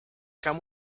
come